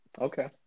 Okay